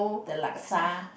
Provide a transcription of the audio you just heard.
the laksa